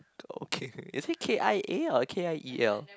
okay is it K_I_A or K_I_E_L